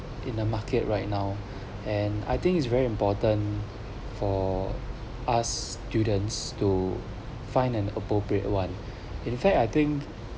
in the market right now and I think it's very important for us students to find an appropriate one in fact I think